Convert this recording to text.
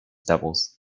doubles